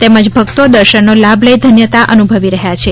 તેમજ ભક્તો દર્શનનો લાભ લઇ ધન્યતા અનુભવી રહ્યા છે